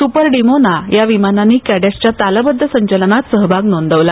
super Dimona या विमानांनी कॅडेट्सच्या तालबद्ध संचलनात सहभाग नोंदवला